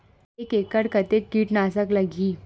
एक एकड़ कतेक किट नाशक लगही?